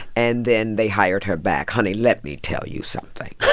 and then they hired her back. honey, let me tell you something.